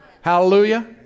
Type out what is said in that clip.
Hallelujah